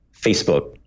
Facebook